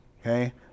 okay